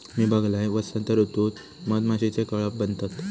मी बघलंय, वसंत ऋतूत मधमाशीचे कळप बनतत